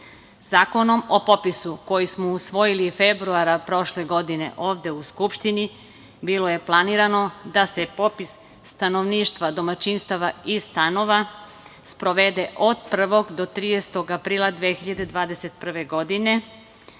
Zakonom o popisu, koji smo usvojili februara prošle godine ovde u Skupštini, bilo je planirano da se popis stanovništva, domaćinstava i stanova sprovede od 1. do 30. aprila 2021. godine,